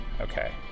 Okay